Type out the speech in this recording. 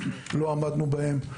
לא עמדנו בהם.